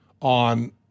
on